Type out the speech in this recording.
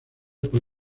por